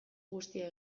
guztia